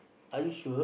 are you sure